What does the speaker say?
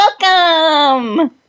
Welcome